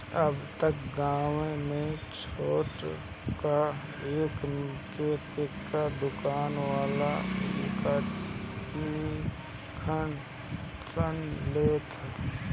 अब त गांवे में छोटका एक के सिक्का दुकान वाला नइखन सन लेत